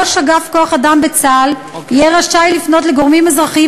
ראש אגף כוח-אדם בצה"ל יהיה רשאי לפנות לגורמים אזרחיים